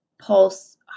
pulse